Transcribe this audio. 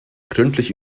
gründlich